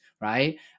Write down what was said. right